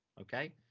okay